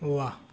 वाह